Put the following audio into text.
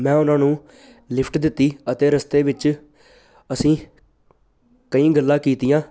ਮੈਂ ਉਹਨਾਂ ਨੂੰ ਲਿਫਟ ਦਿੱਤੀ ਅਤੇ ਰਸਤੇ ਵਿੱਚ ਅਸੀਂ ਕਈ ਗੱਲਾਂ ਕੀਤੀਆਂ